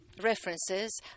references